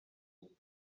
haut